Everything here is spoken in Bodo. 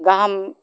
गाहाम